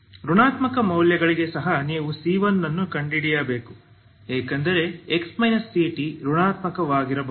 ಋಣಾತ್ಮಕ ಮೌಲ್ಯಗಳಿಗೆ ಸಹ ನೀವು c1 ಅನ್ನು ಕಂಡುಹಿಡಿಯಬೇಕು ಏಕೆಂದರೆ x ct ಋಣಾತ್ಮಕವಾಗಿರಬಹುದು